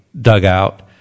dugout